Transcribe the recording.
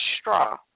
straw